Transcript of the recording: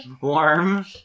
Warm